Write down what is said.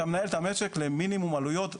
אתה מנהל את המשק למינימום עלויות,